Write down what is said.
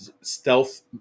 stealth